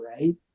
right